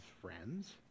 friends